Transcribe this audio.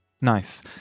Nice